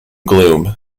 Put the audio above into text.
gloom